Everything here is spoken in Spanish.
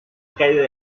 caída